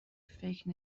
فکر